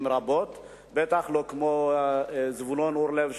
ודאי לא כמו זבולון אורלב,